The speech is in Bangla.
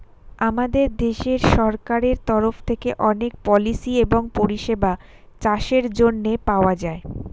আমাদের দেশের সরকারের তরফ থেকে অনেক পলিসি এবং পরিষেবা চাষের জন্যে পাওয়া যায়